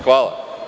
Hvala.